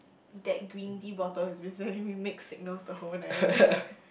that green tea bottle has been sending me mixed signals the whole night